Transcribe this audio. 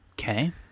Okay